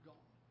God